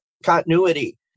continuity